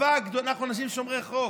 אנחנו אנשים שומרי חוק.